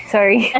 Sorry